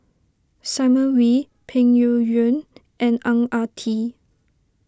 Simon Wee Peng Yuyun and Ang Ah Tee